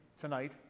tonight